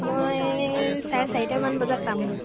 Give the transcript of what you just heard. মই চাৰে চাৰিটামান বজাত পামগৈ